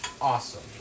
awesome